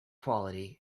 quality